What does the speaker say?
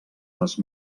les